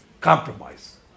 compromise